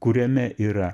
kuriame yra